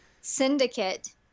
syndicate